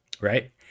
Right